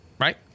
Right